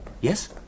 Yes